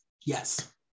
Yes